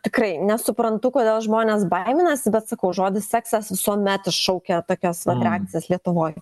tikrai nesuprantu kodėl žmonės baiminasi bet sakau žodis seksas visuomet šaukia tokias vat reakcijas lietuvoj